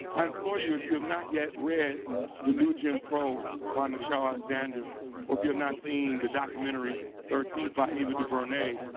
i implore you, if you have not yet read the new jim crow by michelle alexander or if you have not seen the documentary thirteenth by ava duvernay.